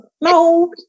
No